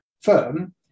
firm